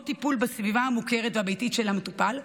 טיפול בסביבה המוכרת והביתית של המטופל,